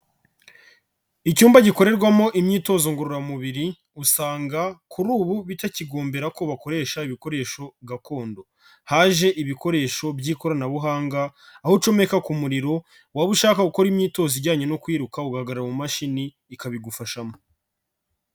Icyumba gikorerwamo imyitozo ngororamubiri, usanga kuri ubu bitakigombera ko bakoresha ibikoresho gakondo, haje ibikoresho by'ikoranabuhanga, aho ucomeka ku muriro, waba ushaka gukora imyitozo ijyanye no kwiruka ugahagarara mu mashini ikabigufashamo.